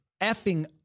effing